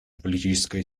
политическая